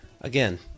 again